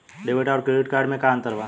Debit आउर credit card मे का अंतर बा?